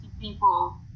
people